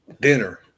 dinner